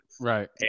Right